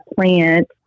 plant